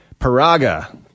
Paraga